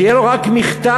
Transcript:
שיהיה לו רק מכתב.